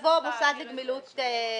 יבוא "מוסד לגמילות חסדים".